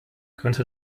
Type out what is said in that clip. könnte